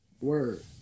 Word